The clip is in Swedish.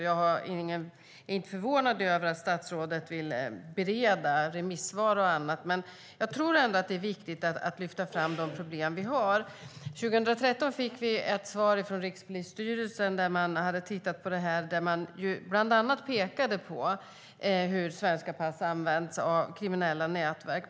Jag är inte förvånad över att statsrådet vill bereda remissvaren, men jag tror ändå att det är viktigt att lyfta fram de här problemen. År 2013 fick vi ett svar från Rikspolisstyrelsen som hade tittat på problemet. De pekade bland annat på hur svenska pass används av kriminella nätverk.